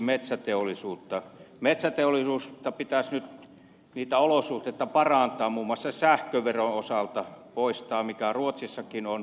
metsäteollisuuden olosuhteita pitäisi nyt parantaa muun muassa sähköveron osalta poistaa se mikä ruotsissakin on poistettu